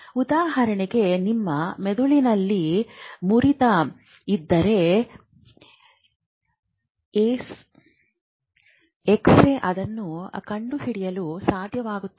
ಉದಾಹರಣೆಗೆ ನಿಮ್ಮ ಮೆದುಳಿನಲ್ಲಿ ಮುರಿತ ಇದ್ದರೆ ಎಕ್ಸರೆ ಅದನ್ನು ಕಂಡುಹಿಡಿಯಲು ಸಾಧ್ಯವಾಗುತ್ತದೆ